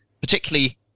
particularly